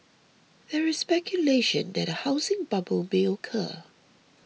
there is speculation that a housing bubble may occur